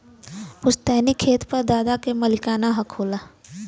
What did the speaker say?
पुस्तैनी खेत पर दादा क मालिकाना हक होला